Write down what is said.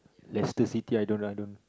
Leicester-City I don't lah I don't